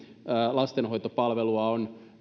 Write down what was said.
lastenhoitopalvelua